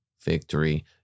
victory